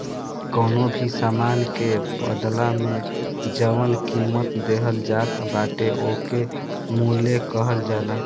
कवनो भी सामान के बदला में जवन कीमत देहल जात बाटे ओके मूल्य कहल जाला